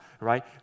right